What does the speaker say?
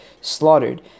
slaughtered